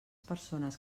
persones